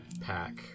pack